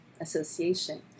association